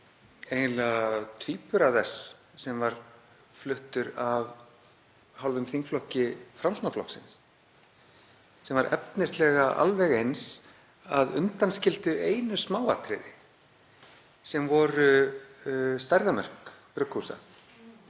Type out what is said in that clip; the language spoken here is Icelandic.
eiginlega tvíbura þess sem var fluttur af þingflokki Framsóknarflokksins. Hann var efnislega alveg eins, að undanskildu einu smáatriði sem voru stærðarmörk brugghúsa.